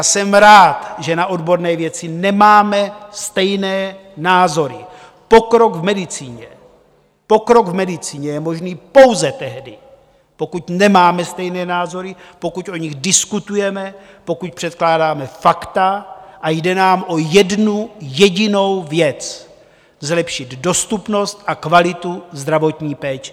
Jsem rád, že na odborné věci nemáme stejné názory pokrok v medicíně je možný pouze tehdy, pokud nemáme stejné názory, pokud o nich diskutujeme, pokud předkládáme fakta a jde nám o jednu jedinou věc, zlepšit dostupnost a kvalitu zdravotní péče.